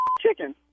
chicken